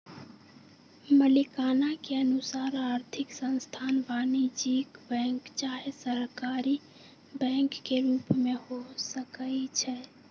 मलिकाना के अनुसार आर्थिक संस्थान वाणिज्यिक बैंक चाहे सहकारी बैंक के रूप में हो सकइ छै